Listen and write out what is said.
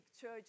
church